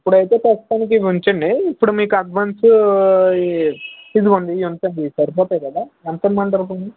ఇప్పుడైతే ప్రస్తుతానికి ఇవి ఉంచండి ఇప్పుడు మీకు అడ్వాన్సు ఇదిగోండి ఇవి ఉంచండి ఇవి సరిపోతాయి కదా ఎంత ఇమ్మంటారు